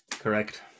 Correct